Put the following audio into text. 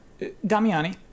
Damiani